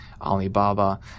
Alibaba